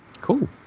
Cool